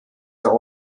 der